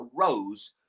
arose